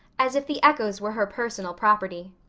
as if the echoes were her personal property.